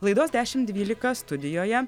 laidos dešim dvylika studijoje